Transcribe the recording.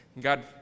God